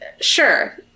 Sure